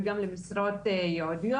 וגם למשרות ייעודיות.